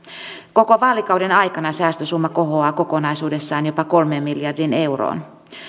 koko vaalikauden aikana säästösumma kohoaa kokonaisuudessaan jopa kolmeen miljardiin euroon